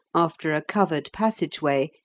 after a covered passage-way,